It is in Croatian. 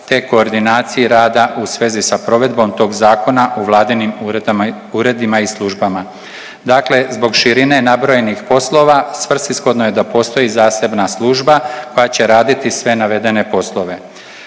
te koordinaciji rada u svezi sa provedbom tog zakona u vladinim uredima i službama. Dakle, zbog širine nabrojanih poslova svrsishodno je da postoji zasebna služba koja će raditi sve navedene poslove.